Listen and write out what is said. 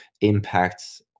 impacts